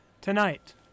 Tonight